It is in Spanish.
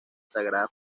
sagrada